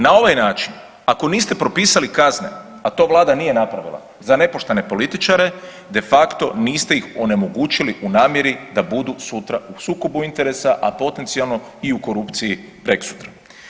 Na ovaj način ako niste propisali kazne, a to Vlada nije napravila, za nepoštene političare, de facto niste ih onemogućili u namjeri da budu sutra u sukobu interesa a potencijalno i u korupciji prekosutra.